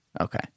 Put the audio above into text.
Okay